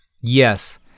Yes